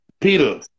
Peter